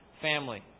family